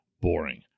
Boring